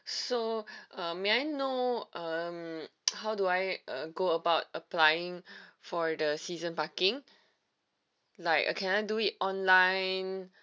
so uh may I know um how do I uh go about applying for the season parking like uh can I do it online